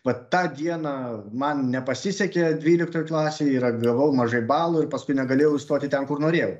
vat tą dieną man nepasisekė dvyliktoj klasėj yra gavau mažai balų ir paskui negalėjau įstoti ten kur norėjau